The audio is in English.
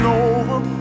over